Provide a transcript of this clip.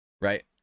right